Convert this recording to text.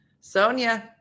Sonia